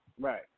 right